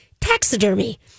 taxidermy